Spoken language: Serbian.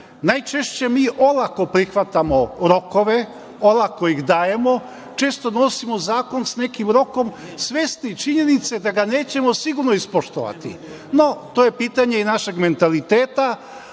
Najčešće mi olako prihvatamo rokove, olako ih dajemo, često donosimo zakon sa nekim rokom svesni činjenice da ga nećemo sigurno ispoštovati. No, to je pitanje i našeg mentaliteta.